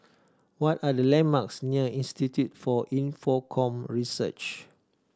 what are the landmarks near Institute for Infocomm Research